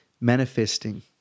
manifesting